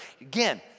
again